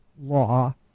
law